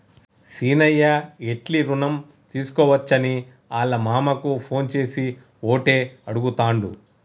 సీనయ్య ఎట్లి రుణం తీసుకోవచ్చని ఆళ్ళ మామకు ఫోన్ చేసి ఓటే అడుగుతాండు